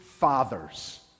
Fathers